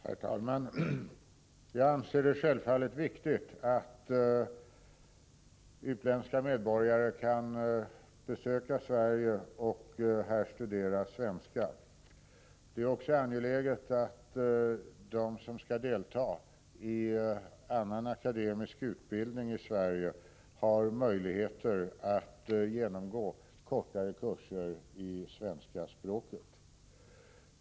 Herr talman! Jag anser det självfallet viktigt att utländska medborgare kan besöka Sverige och här studera svenska. Det är också angeläget att de som skall delta i annan akademisk utbildning i Sverige har möjlighet att genomgå kortare kurser i svenska språket.